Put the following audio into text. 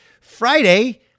Friday